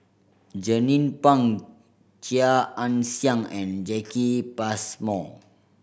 Jernnine Pang Chia Ann Siang and Jacki Passmore